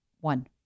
One